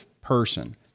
person